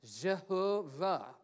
Jehovah